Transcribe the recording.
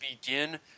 begin